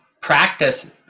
practice